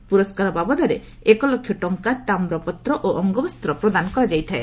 ଏହି ପୁରସ୍କାର ବାବଦରେ ଏକ ଲକ୍ଷ ଟଙ୍କା ତାମ୍ରପତ୍ର ଓ ଅଙ୍ଗବସ୍ତ୍ର ପ୍ରଦାନ କରାଯାଇଥାଏ